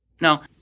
No